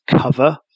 cover